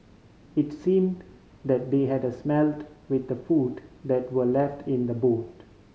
it seemed that they had smelt with the food that were left in the boot